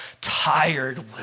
tired